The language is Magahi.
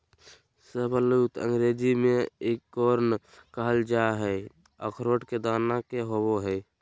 शाहबलूत अंग्रेजी में एकोर्न कहल जा हई, अखरोट के दाना के होव हई